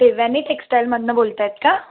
देवयानी टेक्सटाईलमधनं बोलत आहेत का